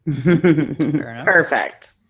Perfect